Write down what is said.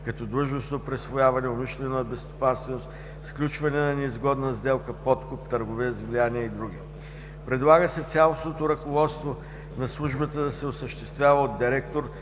като длъжностно присвояване, умишлена безстопанственост, сключване на неизгодна сделка, подкуп, търговия с влияние и други. Предлага се цялостното ръководство на Службата да се осъществява от директор,